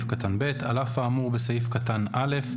(ב) על אף האמור בסעיף קטן (א),